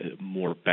more